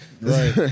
Right